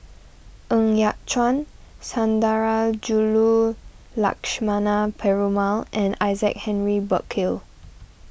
Ng Yat Chuan Sundarajulu Lakshmana Perumal and Isaac Henry Burkill